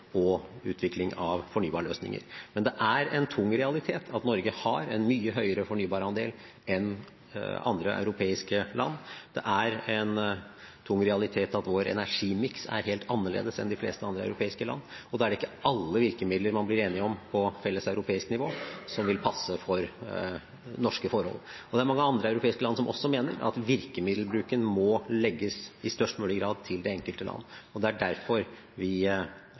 og utvikling av fornybarløsninger. Men det er en tung realitet at Norge har en mye høyere fornybarandel enn andre europeiske land. Det er en tung realitet at vår energimiks er helt annerledes enn i de fleste andre europeiske land, og da er det ikke alle virkemidler man blir enig om på felles europeisk nivå, som vil passe for norske forhold. Det er mange andre europeiske land som også mener at virkemiddelbruken i størst mulig grad må legges til det enkelte land. Det er derfor vi